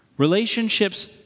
Relationships